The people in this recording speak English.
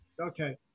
okay